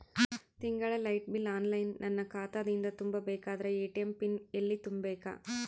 ತಿಂಗಳ light bill online ನನ್ನ ಖಾತಾ ದಿಂದ ತುಂಬಾ ಬೇಕಾದರ ಎ.ಟಿ.ಎಂ ಪಿನ್ ಎಲ್ಲಿ ತುಂಬೇಕ?